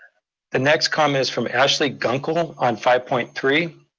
the next comment is from ashley gunkel on five point three.